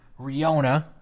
Riona